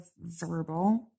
verbal